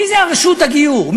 מי זה רשות הגיור?